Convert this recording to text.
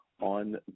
on